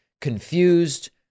confused